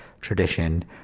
tradition